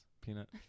Peanut